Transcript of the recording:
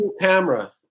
Camera